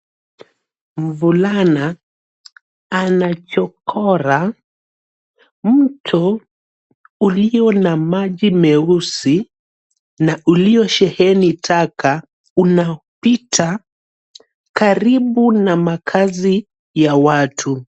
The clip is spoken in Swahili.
Mvulana anachokora, mto ulio na maji meusi, na uliosheheni taka, unapita karibu na makazi, ya watu.